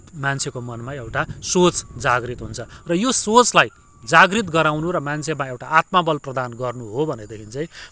मान्छेको मनमा एउटा सोच जागृत हुन्छ र यो सोचलाई जागृत गराउनु र मान्छेको मनमा एउटा आत्मबल प्रदान गर्नु हो भनेदेखि चाहिँ